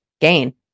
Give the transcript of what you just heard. gain